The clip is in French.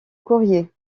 courrier